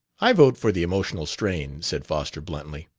i vote for the emotional strain, said foster bluntly.